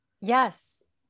Yes